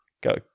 Go